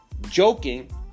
joking